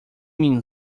mean